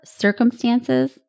circumstances